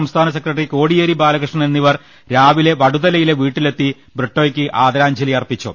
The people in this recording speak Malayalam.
സംസ്ഥാന സെക്രട്ടറി കോടിയേരി ബാല കൃഷ്ണൻ എന്നിവർ രാവിലെ വടുതലയിലെ വീട്ടിലെത്തി ബ്രിട്ടോയ്ക്ക് ആദരാഞ്ജലി അർപ്പിച്ചു